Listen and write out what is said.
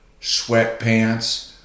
Sweatpants